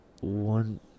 One